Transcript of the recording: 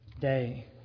day